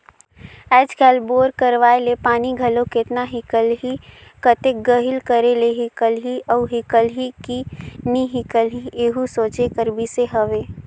आएज काएल बोर करवाए ले पानी घलो केतना हिकलही, कतेक गहिल करे ले हिकलही अउ हिकलही कि नी हिकलही एहू सोचे कर बिसे हवे